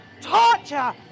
torture